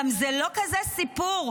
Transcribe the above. זה גם לא כזה סיפור.